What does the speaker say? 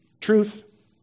truth